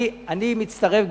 אני מצטרף,